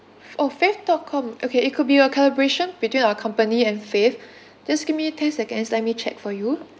oh fave dot com okay it could be a collaboration between our company and fave just give me ten seconds let me check for you